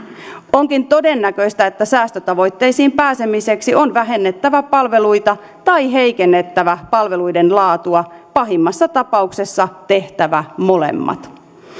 onkin todennäköistä että säästötavoitteisiin pääsemiseksi on vähennettävä palveluita tai heikennettävä palveluiden laatua pahimmassa tapauksessa tehtävä molemmat